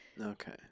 Okay